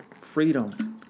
freedom